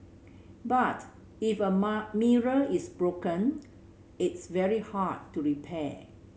but if a mirror is broken it's very hard to repair